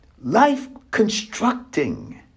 life-constructing